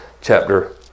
chapter